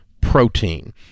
protein